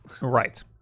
Right